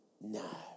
No